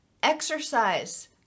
exercise